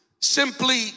simply